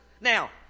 Now